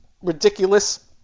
ridiculous